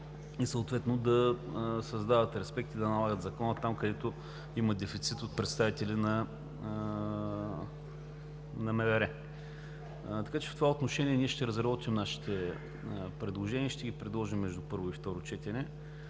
места, и да създават респект и да налагат Закона там, където има дефицит от представители на МВР. Така че в това отношение ние ще разработим нашите предложения и ще ги предложим между първо и второ четене.